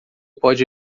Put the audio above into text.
pode